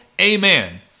amen